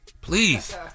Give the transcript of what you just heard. Please